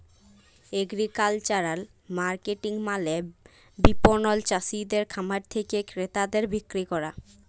agricultural marketing মালে বিপণল চাসিদের খামার থেক্যে ক্রেতাদের বিক্রি ক্যরা